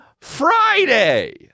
Friday